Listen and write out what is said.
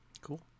cool